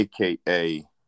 AKA